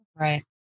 Right